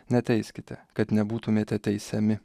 neteiskite kad nebūtumėte teisiami